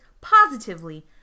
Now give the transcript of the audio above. positively